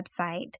website